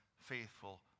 faithful